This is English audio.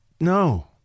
no